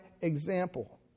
example